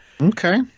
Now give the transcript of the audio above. Okay